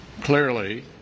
Clearly